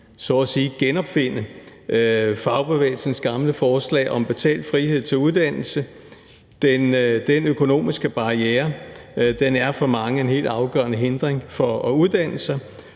så at sige genopfinde fagbevægelsens gamle forslag om betalt frihed til uddannelse. Den økonomiske barriere er for mange en helt afgørende hindring for at uddanne sig,